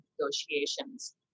negotiations